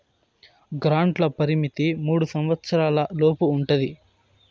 గ్రాంట్ల పరిమితి మూడు సంవచ్చరాల లోపు ఉంటది